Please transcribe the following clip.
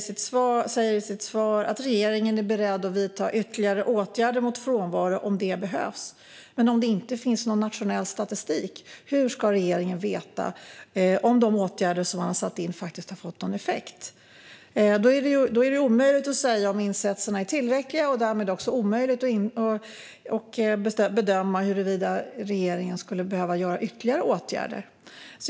Statsrådet säger i sitt svar att regeringen är beredd att vidta ytterligare åtgärder mot frånvaro om detta behövs, men hur ska regeringen veta om de åtgärder som satts in får någon effekt om det inte finns någon nationell statistik? Då blir det omöjligt att säga om insatserna är tillräckliga och därmed omöjligt att bedöma huruvida regeringen behöver vidta ytterligare åtgärder.